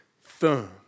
firm